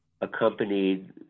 accompanied